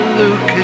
look